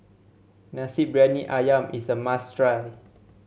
Nasi Briyani ayam is a must try